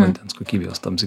vandens kokybės taps